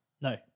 no